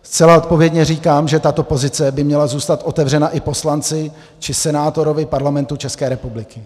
Zcela odpovědně říkám, že tato pozice by měla zůstat otevřena i poslanci či senátorovi Parlamentu České republiky.